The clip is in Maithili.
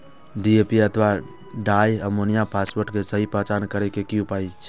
डी.ए.पी अथवा डाई अमोनियम फॉसफेट के सहि पहचान करे के कि उपाय अछि?